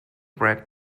bread